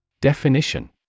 Definition